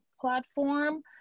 platform